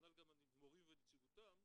וכנ"ל גם מורים ונציגותם,